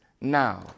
now